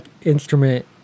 instrument